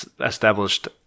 established